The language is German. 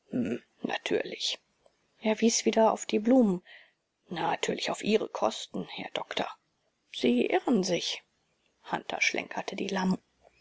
natürlich er wies wieder auf die blumen natürlich auf ihre kosten herr doktor sie irren sich hunter schlenkerte die langen